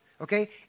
okay